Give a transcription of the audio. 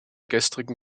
gestrigen